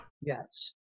Yes